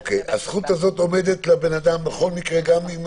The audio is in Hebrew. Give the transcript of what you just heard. אוקיי, הזכות הזו עומדת לבן אדם בכל מקרה, גם עם